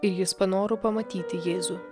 ir jis panoro pamatyti jėzų